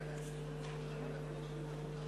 אדוני היושב-ראש,